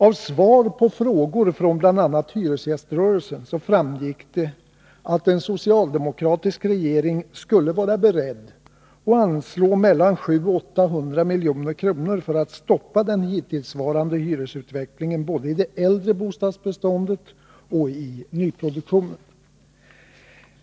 Av svar på frågor från bl.a. hyresgäströrelsen framgick att en socialdemokratisk regering skulle vara beredd att anslå mellan 700 och 800 milj.kr. för att stoppa den hittillsvarande hyresutvecklingen i både det äldre bostadsbeståndet och nyproduktionen.